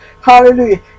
Hallelujah